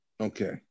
Okay